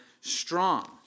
strong